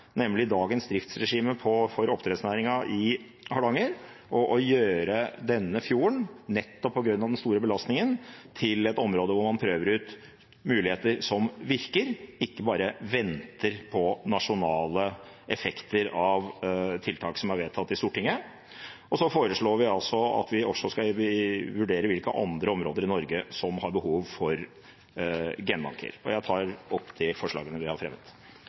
nemlig dagens driftsregime for oppdrettsnæringen i Hardanger, og å gjøre denne fjorden, nettopp på grunn av den store belastningen, til et område hvor man prøver ut muligheter som virker, og ikke bare venter på nasjonale effekter av tiltak som er vedtatt i Stortinget. Og så foreslår vi at vi også skal vurdere hvilke andre områder i Norge som har behov for genbanker. Det er fremmet to forslag i representantforslaget, og jeg